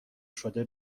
شده